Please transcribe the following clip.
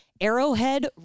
Arrowhead